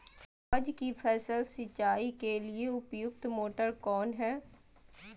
प्याज की फसल सिंचाई के लिए उपयुक्त मोटर कौन है?